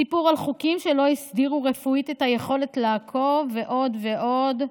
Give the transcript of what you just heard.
סיפור על חוקים שלא הסדירו רפואית את היכולת לעקוב ועוד ועוד.